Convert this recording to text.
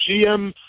GM